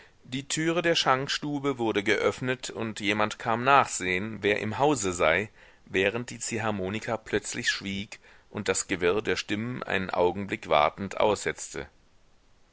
die türe der schankstube wurde geöffnet und jemand kam nachsehen wer im hause sei während die ziehharmonika plötzlich schwieg und das gewirr der stimmen einen augenblick wartend aussetzte